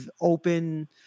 open